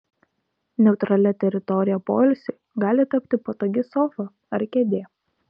neutralia teritorija poilsiui gali tapti patogi sofa ar kėdė